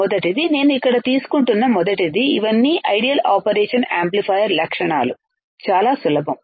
మొదటిది నేను ఇక్కడ తీసుకుంటున్న మొదటిది ఇవన్నీ ఐడియల్ ఆపరేషన్ యాంప్లిఫైయర్ లక్షణాలు చాలా సులభం